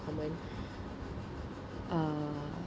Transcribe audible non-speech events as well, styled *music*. common *breath* uh